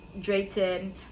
Drayton